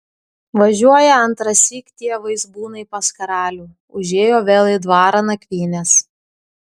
važiuoja antrąsyk tie vaizbūnai pas karalių užėjo vėl į dvarą nakvynės